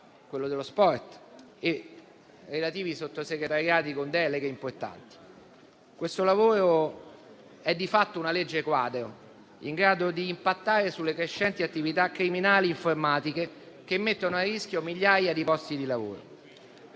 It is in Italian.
i giovani, con i relativi sottosegretariati con deleghe importanti. Quello in discussione è di fatto un disegno di legge quadro in grado di impattare sulle crescenti attività criminali informatiche che mettono a rischio migliaia di posti di lavoro.